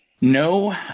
No